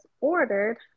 ordered